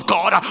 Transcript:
God